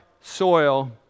soil